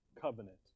covenant